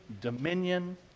dominion